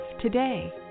today